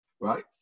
Right